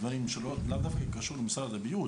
דברים שלאו דווקא קשורים למשרד הבריאות,